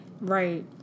Right